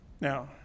Now